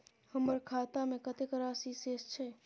हमर खाता में कतेक राशि शेस छै?